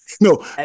No